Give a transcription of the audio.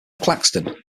claxton